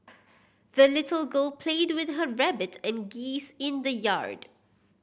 the little girl played with her rabbit and geese in the yard